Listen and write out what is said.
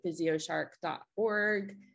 physioshark.org